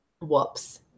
Whoops